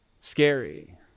scary